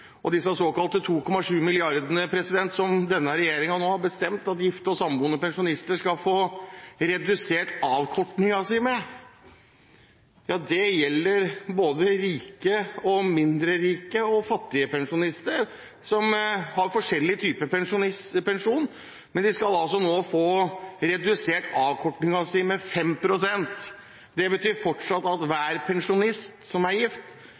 Og disse såkalte 2,7 milliardene som denne regjeringen nå har bestemt at gifte og samboende pensjonister skal få redusert avkortningen sin med, gjelder både rike, mindre rike og fattige pensjonister, som har forskjellig type pensjon. De skal altså nå få redusert avkortningen sin med 5 pst. Det betyr at hver pensjonist som er gift,